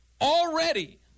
Already